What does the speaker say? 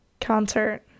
concert